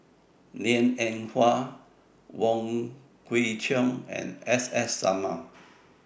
Liang Eng Hwa Wong Kwei Cheong and S S Sarma